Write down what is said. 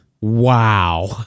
Wow